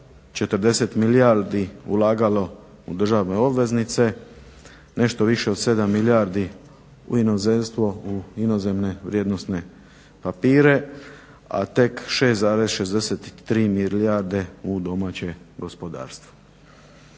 40 milijardi ulagalo u državne obveznice, nešto više od 7 milijardi u inozemstvo u inozemne vrijednosne papire, a tek 6,63 milijarde u domaće gospodarstvo.